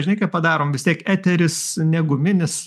žinai ką padarom vis tiek eteris ne guminis